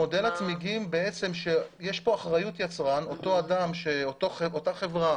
מודל הצמיגים, יש כאן אחריות יצרן, אותה חברה